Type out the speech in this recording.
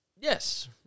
Yes